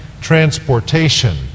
transportation